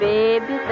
Baby